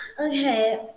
Okay